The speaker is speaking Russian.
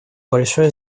большое